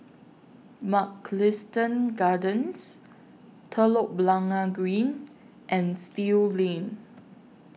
Mugliston Gardens Telok Blangah Green and Still Lane